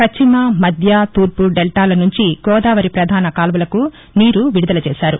పశ్చిమ మధ్య తూర్పు దెల్టాలనుంచి గోదావరి ప్రధాన కాల్వలకు నీరు విడుదల చేశారు